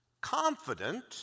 Confident